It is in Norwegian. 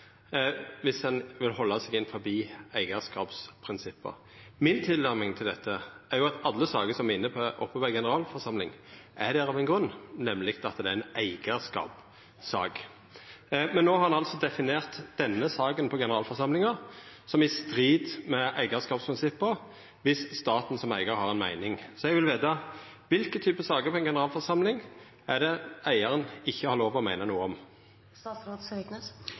viss ein vil halda seg innanfor eigarskapsprinsippa? Mi tilnærming til dette er at alle saker som er oppe til behandling på ei generalforsamling, er der av ein grunn, nemleg at dei er eigarskapssaker. Denne saka, om å endra namn, skal opp til behandling på generalforsamlinga, og no har ein altså sagt at det er i strid med eigarskapsprinsippa viss staten, som eigar, har ei meining om det. Så eg vil veta: Kva slags type saker på ei generalforsamling har ein eigar ikkje lov til å meina noko